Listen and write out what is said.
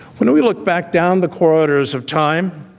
when we look back down the corridors of time,